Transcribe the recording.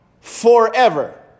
Forever